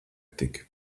tik